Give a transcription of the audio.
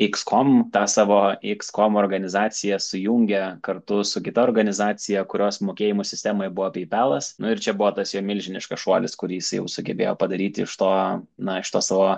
iks kom tą savo iks kom organizaciją sujungė kartu su kita organizacija kurios mokėjimų sistemoje buvo peipelas nu ir čia buvo tas jo milžiniškas šuolis kurį jisai jau sugebėjo padaryti iš to na iš to savo